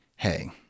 Hey